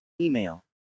Email